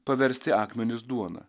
paversti akmenis duona